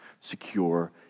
secure